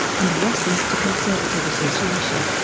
and westminster conservative association.